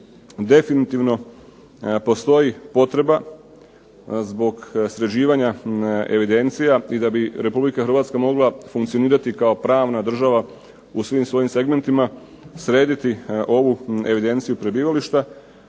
definitivno postoji potreba zbog sređivanja evidencija, i da bi Republika Hrvatska mogla funkcionirati kao pravna država u svim svojim segmentima, srediti ovu evidenciju prebivališta,